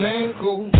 ankle